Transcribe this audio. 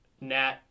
Nat